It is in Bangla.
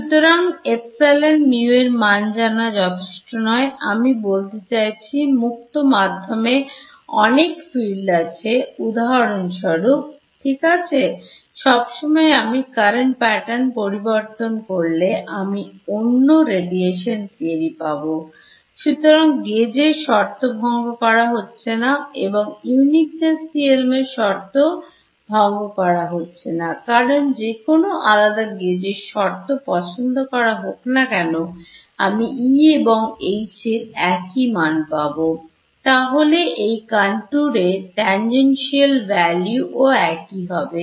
সুতরাং ε μ এর মান জানা যথেষ্ট নয় আমি বলতে চাইছি মুক্ত মাধ্যমে অনেক field আছে উদাহরণস্বরূপ ঠিক আছে সব সময় আমি current pattern পরিবর্তন করলে আমি অন্য radiation theory পাব সুতরাং gauge এর শর্ত ভঙ্গ করা হচ্ছে না এবং Uniqueness theorem এর শর্ত ভঙ্গ করা হচ্ছে না কারণ যে কোন আলাদা gauge এর শর্ত পছন্দ করা হোক না কেন আমি E এবং H এর একি মান পাব তাহলে এই contour এ tangential value ও একই হবে